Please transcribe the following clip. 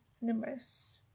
numerous